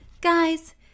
Guys